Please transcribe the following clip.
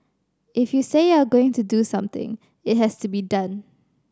if you say you are going to do something it has to be done